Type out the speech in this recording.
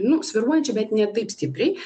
nu svyruojančią bet ne taip stipriai